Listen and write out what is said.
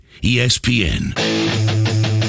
ESPN